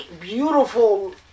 beautiful